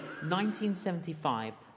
1975